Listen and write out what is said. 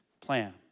plan